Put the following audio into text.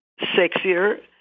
sexier